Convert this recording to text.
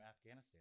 Afghanistan